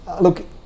Look